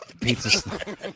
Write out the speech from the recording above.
Pizza